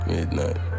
Midnight